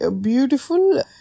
beautiful